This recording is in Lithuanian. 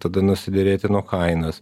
tada nusiderėti nuo kainos